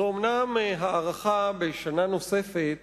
זאת אומנם הארכה בשנה נוספת